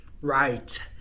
right